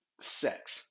sex